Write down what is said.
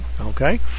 Okay